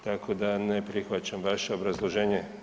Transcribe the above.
Tako da ne prihvaćam vaše obrazloženje.